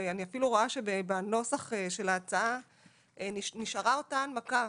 ואני אפילו רואה שבנוסח של ההצעה נשארה אותה הנמקה